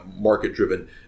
market-driven